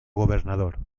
gobernador